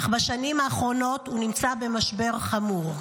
אך בשנים האחרונות הוא נמצא במשבר חמור.